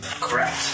Correct